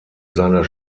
seiner